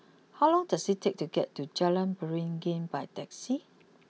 how long does it take to get to Jalan Beringin by taxi